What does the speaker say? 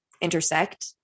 intersect